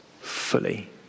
fully